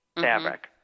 fabric